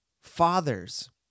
fathers